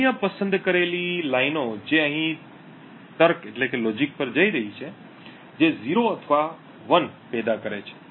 અન્ય પસંદ કરેલી રેખાઓ જે અહીં તર્ક પર જઈ રહી છે જે 0 અથવા 1 પેદા કરે છે